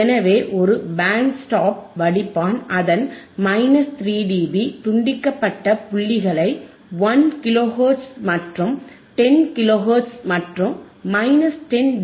எனவே ஒரு band stop வடிப்பான் அதன் 3 டிபி துண்டிக்கப்பட்ட புள்ளிகளைக் 1 கிலோஹெர்ட்ஸ் மற்றும் 10 கிலோஹெர்ட்ஸ் மற்றும் 10 டி